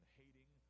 hating